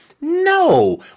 No